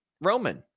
Roman